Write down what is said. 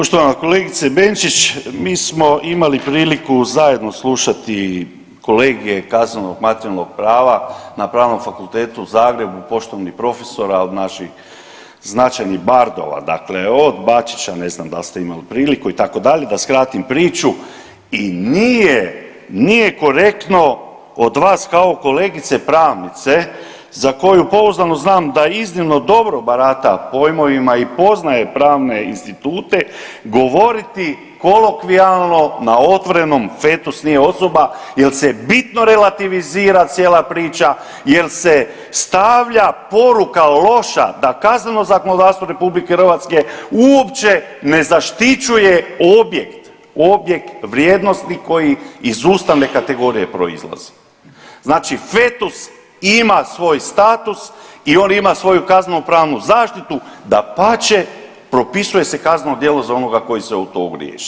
Poštovana kolegice Benčić, mi smo imali priliku zajedno slušati kolegije kaznenog materijalnog prava na Pravnom fakultetu u Zagrebu od poštovanih profesora, od naših značajnih bardova, dakle od Bačića ne znam dal ste imali priliku itd. da skratim priču i nije, nije korektno od vas kao kolegice pravnice za koju pouzdano znam da iznimno dobro barata pojmovima i poznaje pravne institute govoriti kolokvijalno na otvorenom fetus nije osoba jel se bitno relativizira cijela priča, jel se stavlja poruka loša da kazneno zakonodavstvo RH uopće ne zaštićuje objekt, objekt vrijednosti koji iz ustavne kategorije proizlazi, znači fetus ima svoj status i on ima svoju kaznenopravnu zaštitu, dapače, propisuje se kazna u dijelu za onoga koji se o to ogriješi.